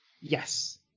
yes